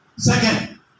second